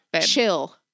Chill